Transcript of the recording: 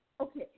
okay